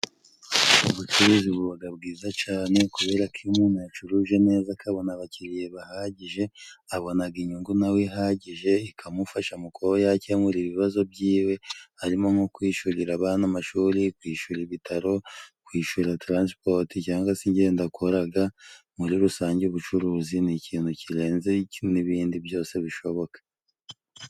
Ubucuruzi bubaga bwiza cane, kubera ko iyo umuntu yacuruje neza akabona abakiriya bahagije abonaga inyungu nawe ihagije, ikamufasha mu kuba yakemura ibibazo byiwe harimo nko kwishurira abana amashuri, kwishura ibitaro, kwishura taransipoti cyangwa se ingendo akoraga, muri rusange ubucuruzi ni ikintu kirenze n'ibindi byose bishoboka.